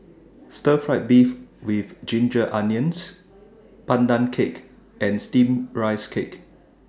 Stir Fry Beef with Ginger Onions Pandan Cake and Steamed Rice Cake